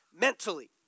mentally